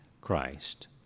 Christ